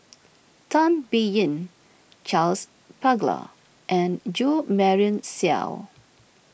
Tan Biyun Charles Paglar and Jo Marion Seow